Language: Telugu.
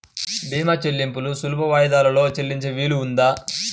భీమా చెల్లింపులు సులభ వాయిదాలలో చెల్లించే వీలుందా?